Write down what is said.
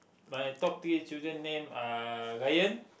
my top three children name are Ryan